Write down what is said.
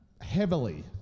Heavily